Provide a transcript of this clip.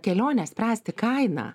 kelionę spręsti kaina